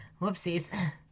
Whoopsies